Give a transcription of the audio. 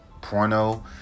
Porno